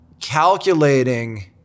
calculating